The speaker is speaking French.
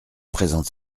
présente